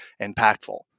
impactful